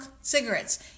cigarettes